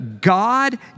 God